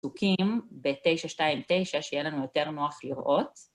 פסוקים ב-929, שיהיה לנו יותר נוח לראות.